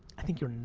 i think your